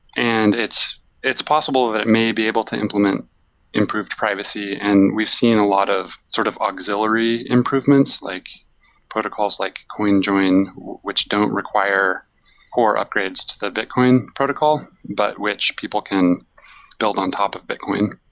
and it's it's possible that it may be able to implement improved privacy, and we've seen a lot of sort of auxiliary improvements, like protocols like coinjoin which don't require poor upgrades to the bitcoin protocol, but which people can build on top of bitcoin